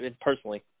personally